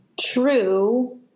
True